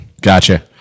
gotcha